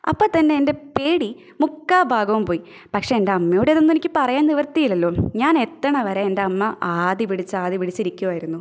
അപ്പത്തന്നെ എന്റെ പേടി മുക്കാൽ ഭാഗവും പോയി പക്ഷേ എന്റെ അമ്മയോടിതൊന്നും എനിക്ക് പറയാന് നിവര്ത്തിയില്ലല്ലൊ ഞാനെത്തണ വരെ എന്റമ്മ ആദിപിടിച്ചാദിപിടിച്ചിരിക്കുവായിരുന്നു